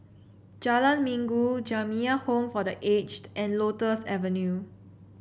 Jalan Minggu Jamiyah Home for The Aged and Lotus Avenue